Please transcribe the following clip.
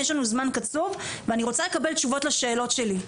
יש לנו זמן קצוב ואני רוצה לקבל תשובות לשאלות שלי.